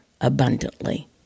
abundantly